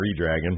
Redragon